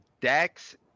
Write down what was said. Dax